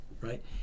right